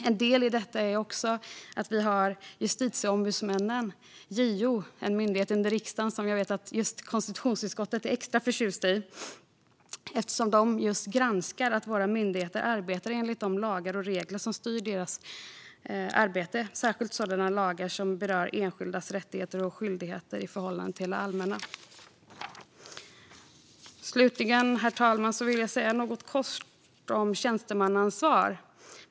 En del i detta har också Justitieombudsmannen, JO. Det är en myndighet under riksdagen som jag vet att ledamöterna i just konstitutionsutskottet är extra förtjusta i eftersom JO granskar att myndigheterna arbetar enligt de lagar och regler som styr deras arbete - särskilt sådana lagar som berör enskildas rättigheter och skyldigheter i förhållande till det allmänna. Herr talman! Slutligen vill jag säga något kort om tjänstemannaansvar.